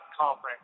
conference